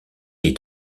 est